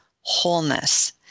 wholeness